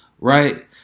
right